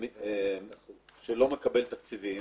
שלא מקבל תקציבים,